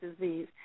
Disease